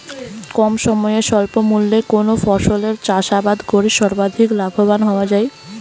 কম সময়ে স্বল্প মূল্যে কোন ফসলের চাষাবাদ করে সর্বাধিক লাভবান হওয়া য়ায়?